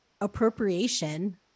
appropriation